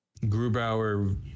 Grubauer